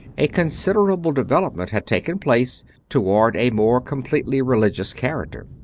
a considerable development had taken place toward a more completely religious character.